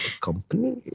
company